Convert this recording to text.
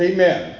Amen